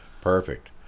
Perfect